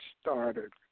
started